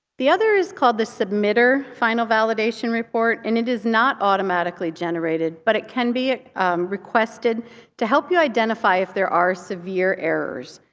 the other is called the submitter final validation report. and it is not automatically generated, but it can be requested to help you identify if there are severe errors.